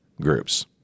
groups